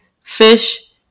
fish